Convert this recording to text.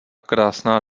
krásná